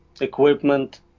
equipment